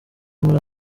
muri